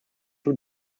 two